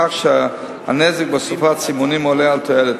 כך שהנזק בהוספת סימונים עולה על התועלת.